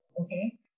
Okay